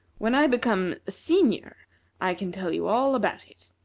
when i become a senior i can tell you all about it.